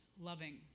loving